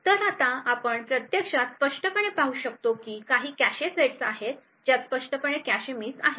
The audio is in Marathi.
तर आपण प्रत्यक्षात स्पष्टपणे पाहू शकतो की काही कॅशे सेट्स आहेत ज्यात स्पष्टपणे कॅशे मिस आहेत